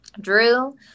Drew